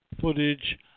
footage